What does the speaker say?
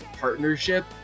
partnership